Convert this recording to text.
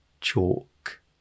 chalk